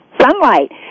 sunlight